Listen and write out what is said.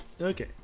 Okay